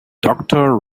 doctor